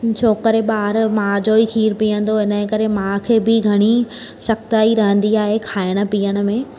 छोकरि ॿारु माउ जो ई खीरु पीअंदो इनजे करे माउ खे बि घणी सख़्ताई रहंदी आहे खाइणु पीअणु में